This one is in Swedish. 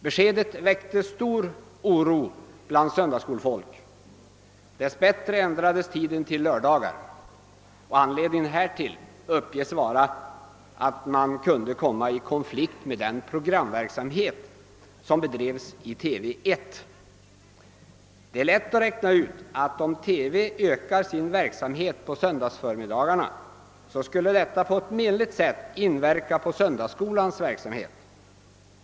Beskedet väckte stor oro bland söndagsskolfolk, men dess bättre ändrades tiden till lördagar. Anledningen härtill uppges vara att man kunde råka i konflikt med den programverksamhet som bedrevs i TV 1. Det är lätt att räkna ut att om TV ökade sin verksamhet på söndagsförmiddagarna, skulle detta på ett menligt sätt inverka på söndagsskolans verksamhet.